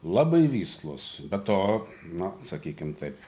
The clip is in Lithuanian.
labai vislūs be to na sakykim taip